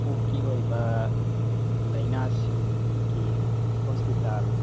ꯀꯣꯛꯀꯤ ꯑꯣꯏꯕ ꯂꯥꯏꯅꯥꯁꯤꯡꯒꯤ ꯍꯣꯁꯄꯤꯇꯥꯜ